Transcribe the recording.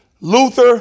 Luther